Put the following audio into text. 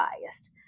biased